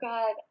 God